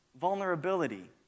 vulnerability